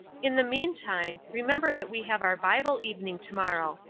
in the meantime, remember that we have our bible evening to-morrow,